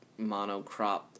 monocrop